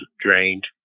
drained